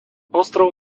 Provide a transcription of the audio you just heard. ostrov